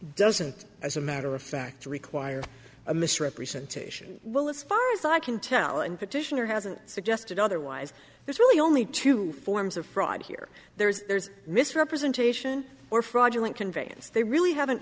doesn't as a matter of fact require a misrepresentation well as far as i can tell and petitioner hasn't suggested otherwise there's really only two forms of fraud here there's misrepresentation or fraudulent conveyance they really haven't